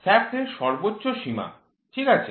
শ্য়াফ্টের সর্বোচ্চ সীমা ঠিক আছে